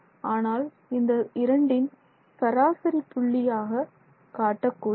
ஆனால் இந்த இரண்டின் சராசரி புள்ளியாக காட்டக்கூடாது